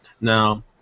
Now